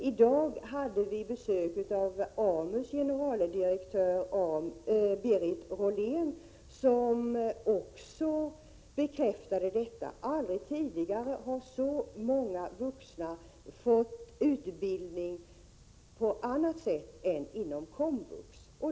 I dag hade vi besök av AMU:s generaldirektör Berit Rollén, som också bekräftade detta. Aldrig tidigare har så många vuxna fått utbildning på annat sätt än inom komvux.